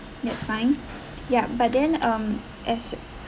that's fine yup but then um as